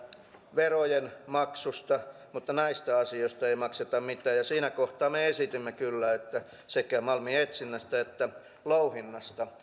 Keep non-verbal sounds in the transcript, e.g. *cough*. verojen maksusta mutta näistä asioista ei makseta mitään siinä kohtaa me esitimme kyllä että sekä malmin etsinnästä että louhinnasta *unintelligible*